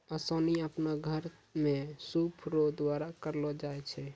ओसानी आपनो घर मे सूप रो द्वारा करलो जाय छै